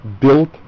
built